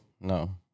no